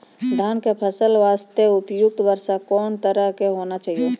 धान फसल के बास्ते उपयुक्त वर्षा कोन तरह के होना चाहियो?